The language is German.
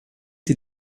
die